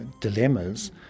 dilemmas